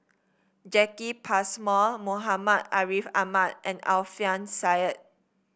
Jacki Passmore Muhammad Ariff Ahmad and Alfian Sa'at